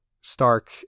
Stark